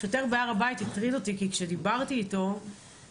השוטר בהר הבית הטריד אותי כי כשדיברתי אתו הבנתי